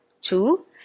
Two